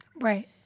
Right